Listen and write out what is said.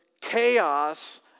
chaos